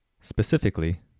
Specifically